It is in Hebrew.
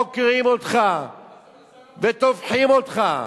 חוקרים אותך וטובחים אותך